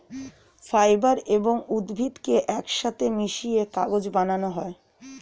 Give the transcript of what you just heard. fibre এবং উদ্ভিদকে একসাথে মিশিয়ে কাগজ বানানো হয়